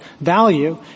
value